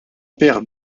paire